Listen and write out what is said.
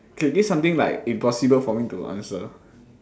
okay give something like impossible for me to answer